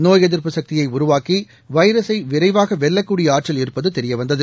நோய் எதிர்ப்பு சக்தியை உருவாக்கி வைரஸை விரைவாக வெல்லக்கூடிய ஆற்றல் இருப்பது தெரியவந்தது